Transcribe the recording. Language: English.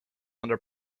under